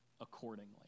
accordingly